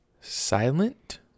Silent